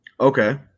Okay